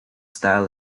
style